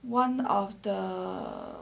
one of the